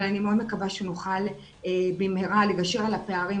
אבל אני מאוד מקווה שנוכל במהרה לגשר על הפערים